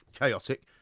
chaotic